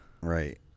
Right